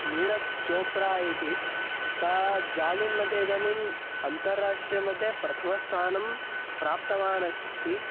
नीरज् छोप्रा इति सा जालिन् मध्ये इदानीम् अन्ताराष्ट्रीयमध्ये प्रथमस्थानं प्राप्तवान् अस्ति